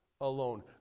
Alone